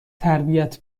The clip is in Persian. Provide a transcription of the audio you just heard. تربیت